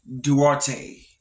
Duarte